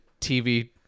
TV